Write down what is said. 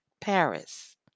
Paris